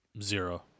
Zero